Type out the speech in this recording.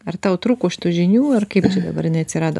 ar tau trūko šitų žinių ar kaip čia dabar jinai atsirado